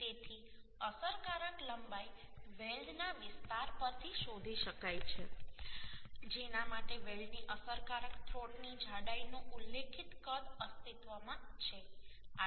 તેથી અસરકારક લંબાઈ વેલ્ડના વિસ્તાર પરથી શોધી શકાય છે કે જેના માટે વેલ્ડની અસરકારક થ્રોટની જાડાઈનો ઉલ્લેખિત કદ અસ્તિત્વમાં છે